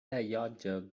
allotja